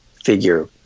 figure